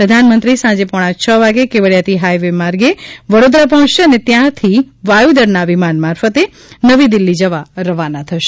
પ્રધાનમંત્રી સાંજે પોણા છ વાગે કેવડીયાથી હવાઈ માર્ગે વડોદરા પહોંચશે અને ત્યાંથી વાયુદળના વિમાન મારફતે નવી દિલ્હી જવા રવાના થશે